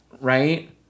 Right